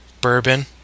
bourbon